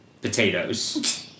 potatoes